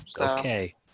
Okay